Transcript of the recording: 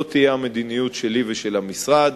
זאת תהיה המדיניות שלי ושל המשרד,